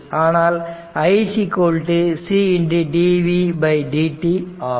ஆனால் i c dvdt ஆகும்